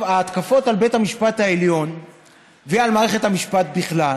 ההתקפות על בית המשפט העליון ועל מערכת המשפט בכלל